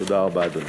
תודה רבה, אדוני.